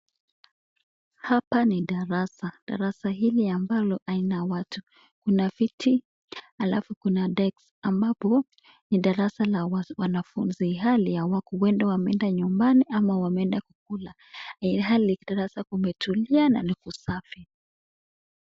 Hapa ni darasa, darasa hili ambalo haina watu kuna viti alafu kuna desk ambapo ni darasa la wanafunzi ilhali huenda wameenda nyumbani ama wameenda kukula, ilhali darasa kumetulia na ni kusafi